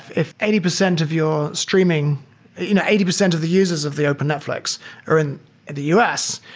if eighty percent of your streaming you know eighty percent of the uses of the open netflix are and at the u s,